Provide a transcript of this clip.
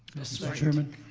mr. chairman?